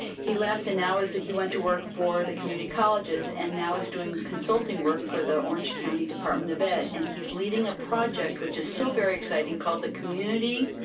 he left and now is, he went to work for the community colleges and now is doing consulting work for the orange county department of ed. and he's leading a project which is so very exciting called the community,